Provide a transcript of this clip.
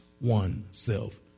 oneself